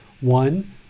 One